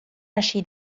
hasi